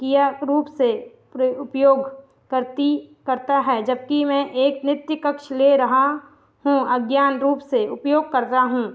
किया रूप से उपयोग करती करता है जबकि मैं एक नृत्य कक्ष ले रहा हूँ अज्ञान रूप से उपयोग कर रा हूँ